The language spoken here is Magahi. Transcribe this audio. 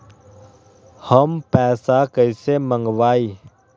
हम पैसा कईसे मंगवाई?